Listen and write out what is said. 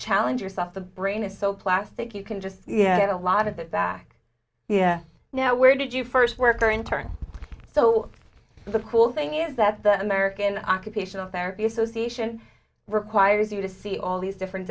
challenge yourself the brain is so plastic you can just get a lot of that back now where did you first work or intern so the cool thing is that the american occupational therapy association requires you to see all these different